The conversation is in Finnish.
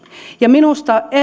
ja minusta